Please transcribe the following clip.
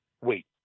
wait